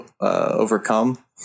overcome